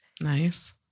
nice